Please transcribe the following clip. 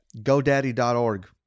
GoDaddy.org